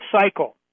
cycle